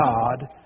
God